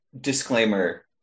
disclaimer